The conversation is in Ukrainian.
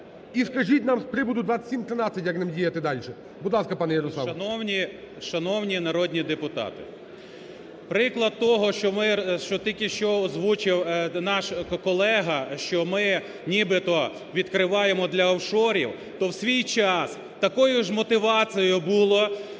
І скажіть нам з приводу 2713, як нам діяти дальше. Будь ласка, пане Ярославе. 11:49:03 ДУБНЕВИЧ Я.В. Шановні народні депутати, приклад того, що ми… що тільки що озвучив наш колега, що ми нібито відкриваємо для офшорів то в свій час такою ж мотивацією була